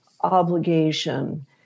obligation